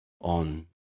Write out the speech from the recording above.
on